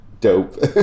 dope